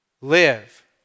live